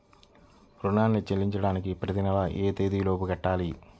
రుణాన్ని చెల్లించడానికి ప్రతి నెల ఏ తేదీ లోపు కట్టాలి?